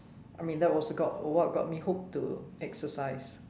I mean that was got what got me hooked to exercise